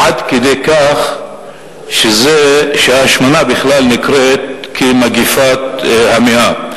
עד כדי כך שהשמנה בכלל נקראת מגפת המאה.